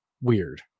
weird